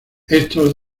estos